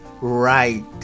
right